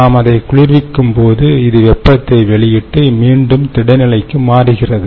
நாம் அதை குளிர்விக்கும்போது இது வெப்பத்தை வெளியிட்டு மீண்டும் திட நிலைக்கு மாறுகிறது